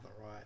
right